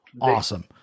Awesome